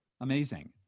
Amazing